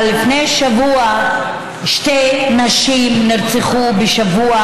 אבל לפני שבוע שתי נשים נרצחו בשבוע